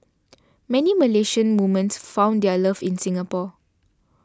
many Malaysian women found their love in Singapore